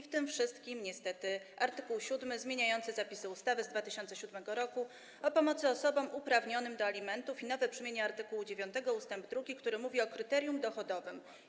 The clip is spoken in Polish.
W tym wszystkim są niestety art. 7 zmieniający zapisy ustawy z 2007 r. o pomocy osobom uprawnionym do alimentów i nowe brzmienie art. 9 ust. 2, który mówi o kryterium dochodowym.